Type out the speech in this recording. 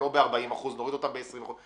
לא ב-40%, אלא ב-20%.